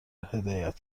هدایت